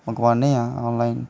मंगोआने आं ऑनलाइन